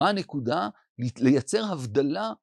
הנקודה לייצר הבדלה